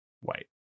white